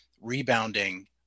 rebounding